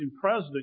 president